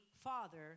father